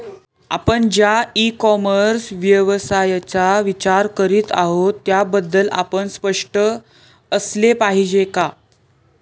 आपण ज्या e commerce व्यवसायाचा विचार करीत आहात त्याबद्दल आपण स्पष्ट असले पाहिजे का?